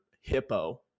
hippo